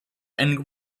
and